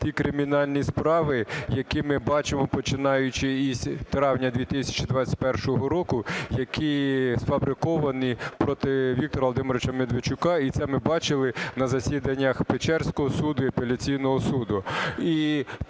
ті кримінальні справи, які ми бачимо, починаючи з травня 2021 року, які сфабриковані проти Віктора Володимировича Медведчука. І це ми бачили на засіданнях Печерського суду і апеляційного суду.